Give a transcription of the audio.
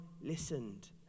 listened